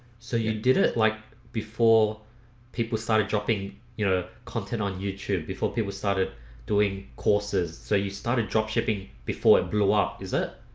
so you did it like before people started dropping you know content on youtube before people started doing courses. so you started drop shipping before it blew up is it?